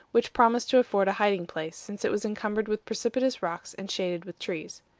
which promised to afford a hiding-place, since it was encumbered with precipitous rocks and shaded with trees.